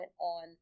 on